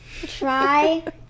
try